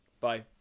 Bye